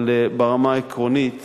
אבל ברמה העקרונית